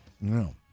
No